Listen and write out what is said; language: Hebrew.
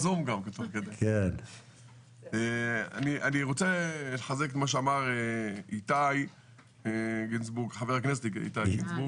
אני רוצה לחזק את הדברים שאמר חבר הכנסת איתן גינזבורג,